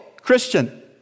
Christian